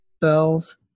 Bells